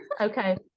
okay